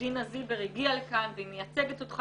שדינה זילבר הגיעה לכאן והיא מייצגת אותך